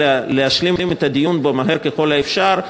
ולהשלים את הדיון בה מהר ככל האפשר,